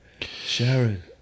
Sharon